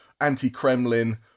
anti-Kremlin